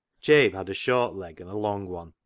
jabe had a short leg and a long one,